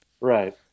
Right